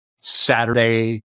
Saturday